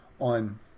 On